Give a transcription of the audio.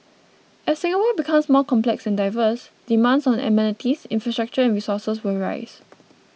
as Singapore becomes more complex and diverse demands on amenities infrastructure and resources will rise